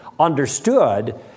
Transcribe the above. understood